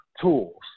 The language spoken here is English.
tools